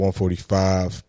145